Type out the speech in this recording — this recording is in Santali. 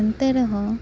ᱮᱱᱛᱮ ᱨᱮᱦᱚᱸ